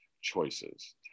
Choices